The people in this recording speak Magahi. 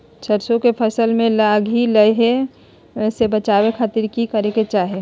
सरसों के फसल में लाही लगे से बचावे खातिर की करे के चाही?